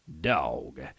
Dog